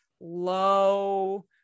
low